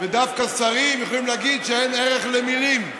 ודווקא שרים יכולים להגיד שאין ערך למילים.